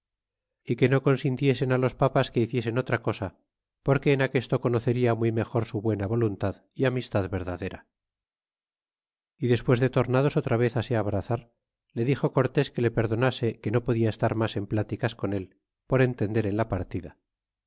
a que no consintiesen los papas que hiciesen otra cosa porque en aquesto conocerla muy mejor su buena voluntad é amistad verdadera e despues de tornados otra vez á se abrazar le dixo cortés que le perdonase que no podia estar mas en pláticas con el por entender en la partida